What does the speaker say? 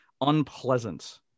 unpleasant